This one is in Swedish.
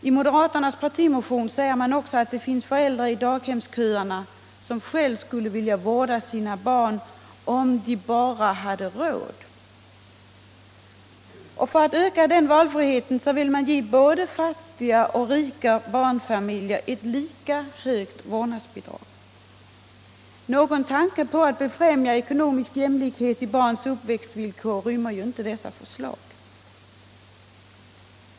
I den moderata partimotionen sägs att det i daghemsköerna finns föräldrar, som själva skulle vilja vårda sina barn om de bara hade råd. För att öka den valfriheten vill man ge både fattiga och rika barnfamiljer ett lika stort vårdnadsbidrag. Någon tanke på att befrämja ekonomisk jämlikhet i barns uppväxtvillkor rymmer inte dessa förslag.